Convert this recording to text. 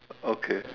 okay